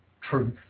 truth